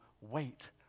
wait